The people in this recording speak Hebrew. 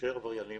ולהישאר עבריינים